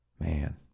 Man